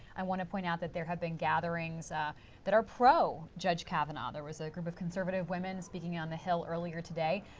i want to point out that there have been gatherings that are pro-judge kavanaugh. there was a group of conservative women speaking on the hill earlier today.